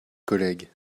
collègue